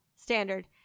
Standard